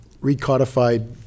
recodified